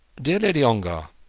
dear lady ongar,